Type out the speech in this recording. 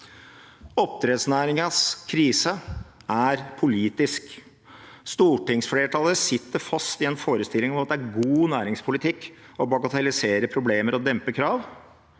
Oppdrettsnæringens krise er politisk. Stortingsflertallet sitter fast i en forestilling om at det er god næringspolitikk å bagatellisere problemer og dempe krav,